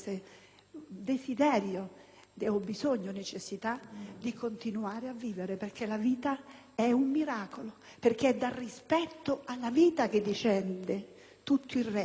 desiderio, bisogno o necessità di continuare a vivere, perché la vita è un miracolo e perché è dal rispetto della vita che discende tutto il resto.